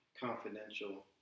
Confidential